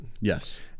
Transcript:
Yes